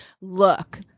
Look